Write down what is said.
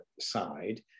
side